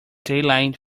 daylight